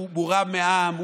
הוא מורם מעם,